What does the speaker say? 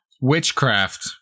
witchcraft